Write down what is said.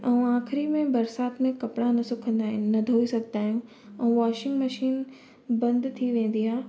ऐं आख़िरी में बरसाति में कपिड़ा न सुखंदा आहिनि न धोई सघंदा आहियूं ऐं वॉशिंग मशीन बंदि थी वेंदी आहे